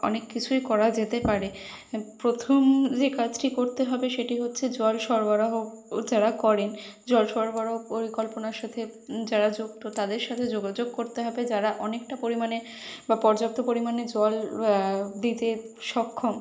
অনেক কিছুই করা যেতে পারে প্রথম যে কাজটি করতে হবে সেটি হচ্ছে জল সরবরাহ ও যারা করেন জল সরবরাহ পরিকল্পনার সাথে যারা যুক্ত তাদের সাথে যোগাযোগ করতে হবে যারা অনেকটা পরিমাণে বা পর্যাপ্ত পরিমাণে জল দিতে সক্ষম